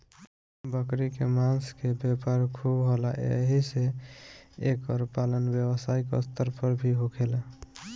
बकरी के मांस के व्यापार खूब होला एही से एकर पालन व्यवसायिक स्तर पर भी होखेला